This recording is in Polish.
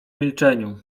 milczeniu